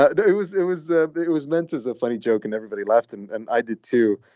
ah and it was it was ah it was meant as a funny joke. and everybody laughed and and i did, too.